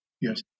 Yes